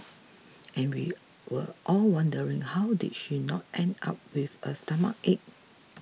and we were all wondering how did she not end up with a stomachache